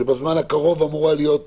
שבזמן הקרוב אפשר יהיה